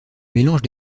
mélange